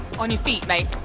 on your feet, mate.